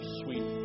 sweet